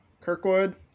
Kirkwood